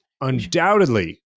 undoubtedly